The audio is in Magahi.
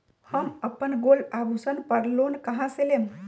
हम अपन गोल्ड आभूषण पर लोन कहां से लेम?